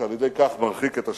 ועל-ידי כך מרחיק את השלום.